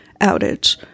outage